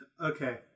Okay